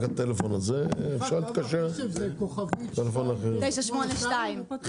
כוכבית 2982?